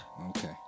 okay